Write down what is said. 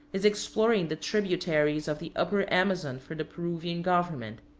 is exploring the tributaries of the upper amazon for the peruvian government.